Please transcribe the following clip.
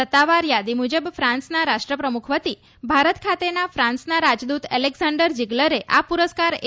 સત્તાવાર યાદી મુજબ ફાન્સના રાષ્ટ્રપ્રમુખ વતી ભારત ખાતેના ફાન્સના રાજદૂત એલેકઝાન્ડર જીગલરે આ પુરસ્કાર એ